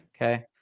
Okay